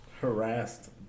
harassed